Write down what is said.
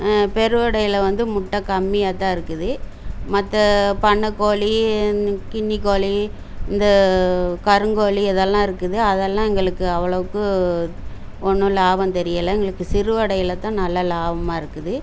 பெருவிடைல வந்து முட்டை கம்மியாகதான் இருக்குது மற்றபண்ணை கோழி கின்னிக்கோழி இந்த கருங்கோழி இதெல்லாம் இருக்குது அதெல்லாம் எங்களுக்கு அவ்வளோக்கு ஒன்றும் லாபம் தெரியலை எங்களுக்கு சிறுவிடைலதான் நல்ல லாபமாக இருக்குது